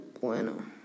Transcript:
bueno